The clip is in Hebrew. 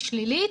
היא שלילית,